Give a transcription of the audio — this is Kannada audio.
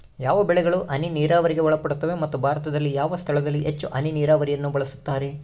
ಯಾವ ಬೆಳೆಗಳು ಹನಿ ನೇರಾವರಿಗೆ ಒಳಪಡುತ್ತವೆ ಮತ್ತು ಭಾರತದಲ್ಲಿ ಯಾವ ಸ್ಥಳದಲ್ಲಿ ಹೆಚ್ಚು ಹನಿ ನೇರಾವರಿಯನ್ನು ಬಳಸುತ್ತಾರೆ?